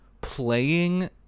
Playing